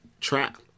trap